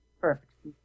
Perfect